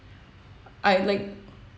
ah like